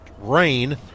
rain